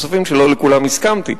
שלא לכולם הסכמתי,